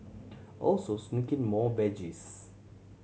also sneak in more veggies